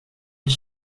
his